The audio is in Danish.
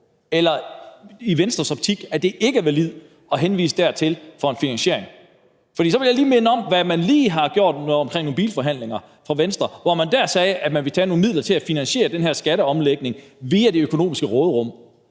det i Venstres optik ikke er validt at henvise dertil for en finansiering? For så vil jeg minde om, hvad man fra Venstres side lige har gjort omkring nogle bilforhandlinger, hvor man der sagde, at man ville tage nogle midler til at finansiere den her skatteomlægning via det økonomiske råderum.